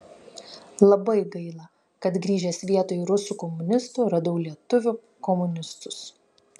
labai gaila kad grįžęs vietoj rusų komunistų radau lietuvių komunistus